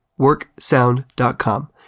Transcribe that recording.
worksound.com